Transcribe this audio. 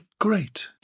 great